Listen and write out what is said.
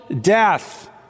death